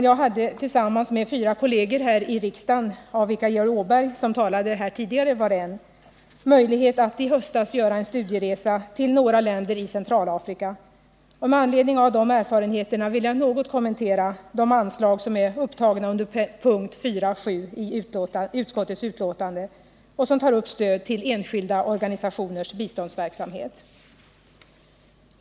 Jag hade tillsammans med fyra kolleger här i riksdagen, av vilka Georg Åberg som talade här tidigare var en, möjlighet att i höstas göra en studieresa till några länder i Centralafrika, och med anledning av dessa erfarenheter vill jag något kommentera de anslag som är upptagna under punkten 4.7 i utskottets betänkande och som gäller stöd till enskilda organisationers biståndsverksamhet.